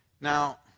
Now